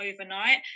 overnight